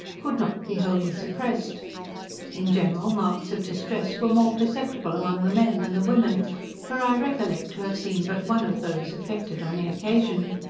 could not be wholly suppressed in general, marks of distress were more perceptible among the men than the women for i recollect to have seen but one of those affected on the occasion,